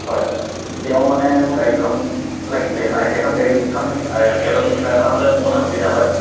হয় তেওঁ মানে মোৰ গাড়ীখন লাগিছিলে সেইখন একেখন গাড়ীখনেই আৰু একেজন ড্ৰাইভাৰ হ'লে মোৰ মানে সুবিধা হয়